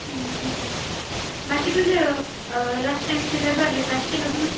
ठीक आहे बाकी तुझे लास्ट टाईमचे गरबा ड्रेस असतीलच ना